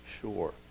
sure